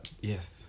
Yes